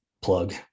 plug